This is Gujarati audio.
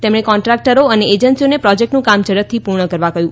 તેમણે કોન્ટ્રાક્ટરો અને એજન્સીઓને પ્રોજેક્ટનું કામ ઝડપથી કરવા કહ્યું